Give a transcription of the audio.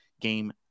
game